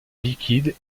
liquide